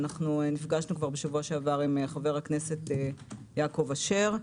ונפגשנו בשבוע שעבר עם חבר הכנסת יעקב אשר.